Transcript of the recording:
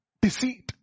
deceit